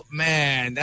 man